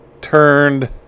turned